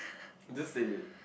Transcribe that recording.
just say it